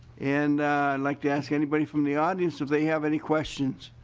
and like to ask anybody from the audience if they have any questions?